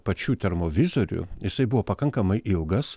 pačių termovizorių jisai buvo pakankamai ilgas